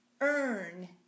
earn